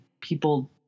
people